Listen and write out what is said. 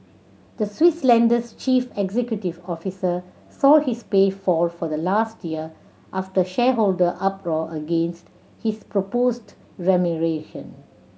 the Swiss lender's chief executive officer saw his pay fall for last year after shareholder uproar against his proposed remuneration